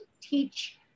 teach